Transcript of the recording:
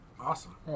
Awesome